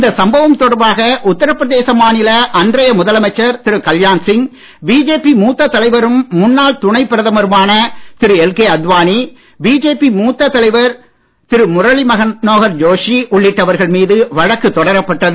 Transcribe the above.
இந்த சம்பவம் தொடர்பாக உத்தரபிரதேச மாநில அன்றைய முதலமைச்சர் திரு கல்யாண் சிங் பிஜேபி மூத்த தலைவரும் முன்னாள் துணை பிரதமருமான திரு எல் கே அத்வானி பிஜேபி மூத்த தலைவர் திரு முரளி மனோகர் ஜோஷி உள்ளிட்டவர்கள் மீது வழக்கு தொடரப்பட்டது